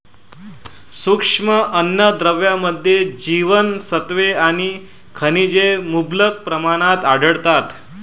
सूक्ष्म अन्नद्रव्यांमध्ये जीवनसत्त्वे आणि खनिजे मुबलक प्रमाणात आढळतात